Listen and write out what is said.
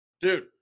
dude